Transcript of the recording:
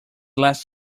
last